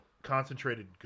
concentrated